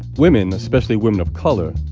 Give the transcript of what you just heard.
women, especially women of color,